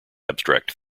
abstract